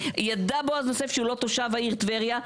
ידע בועז יוסף שהוא לא תושב העיר טבריה,